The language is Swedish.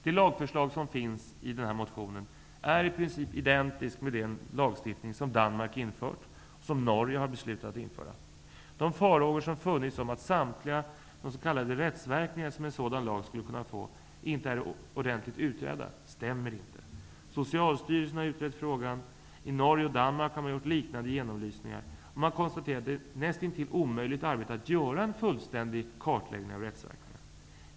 Det lagförslag som finns i motionen är i princip identiskt med den lagstiftning som Danmark infört och som Norge har beslutat att införa. De farhågor som funnits om att samtliga s.k. rättsverkningar som en sådan lag skulle kunna få inte är ordentligt utredda stämmer inte. Socialstyrelsen har utrett frågan. I Norge och Danmark har man gjort liknande genomlysningar, men man har konstaterat att det är ett näst intill omöjligt arbete att göra en fullständig kartläggning av rättsverkningarna.